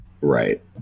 Right